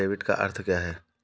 Debit का अर्थ क्या है?